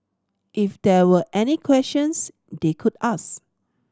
if there were any questions they could ask